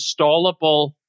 installable